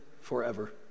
forever